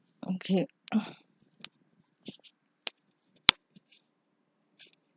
okay